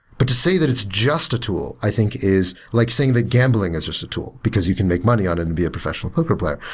but to say that it's just a tool i think is like saying that gambling it's just a tool because you can make money out of it and be a professional poker player.